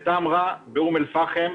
באום אל פחם,